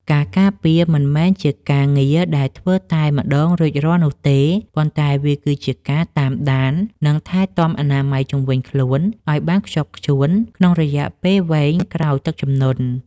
ការការពារមិនមែនជាការងារដែលធ្វើតែម្តងរួចរាល់នោះទេ ប៉ុន្តែវាគឺជាការតាមដាន និងថែទាំអនាម័យជុំវិញខ្លួនឱ្យបានខ្ជាប់ខ្ជួនក្នុងរយៈពេលវែងក្រោយទឹកជំនន់។